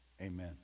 Amen